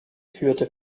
führte